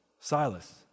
Silas